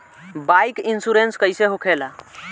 Bike insurance कैसे होखे ला?